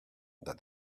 that